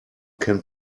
can